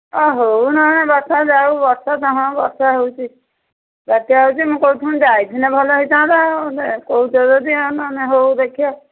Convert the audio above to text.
ହଁ ହଉ ନହେଲେ ବର୍ଷା ଯାଉ ବର୍ଷା ତ ହଁ ବର୍ଷା ହେଉଛି ବାତ୍ୟା ହେଉଛି ମୁଁ କହୁଥିଲି ଯାଇଥିଲେ ଭଲ ହୋଇଥାନ୍ତା ଆଉ କହୁଛ ଯଦି ଆଉ ନହେଲେ ହଉ ଦେଖିବା